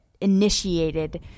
initiated